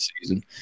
season